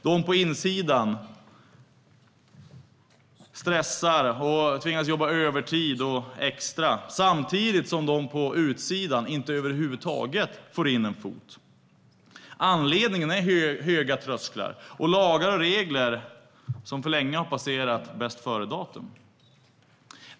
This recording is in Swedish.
De på insidan stressar, tvingas jobba övertid och extra, samtidigt som de på utsidan över huvud taget inte får in en fot. Anledningen är höga trösklar och lagar och regler som för länge sedan har passerat bästföredatum.